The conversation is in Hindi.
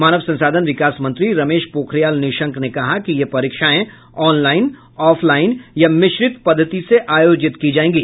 मानव संसाधन विकास मंत्री रमेश पोखरियाल निशंक ने कहा कि ये परीक्षाएं आनलाइन ऑफलाइन या मिश्रित पद्वति से आयोजित की जाएंगी